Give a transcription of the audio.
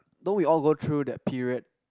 don't we all go through that period